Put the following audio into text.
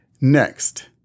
Next